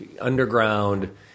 underground